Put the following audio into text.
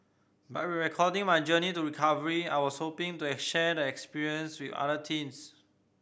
by recording my journey to recovery I was hoping to share the experience with other teens